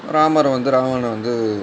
ராமர் வந்து ராவணனை வந்து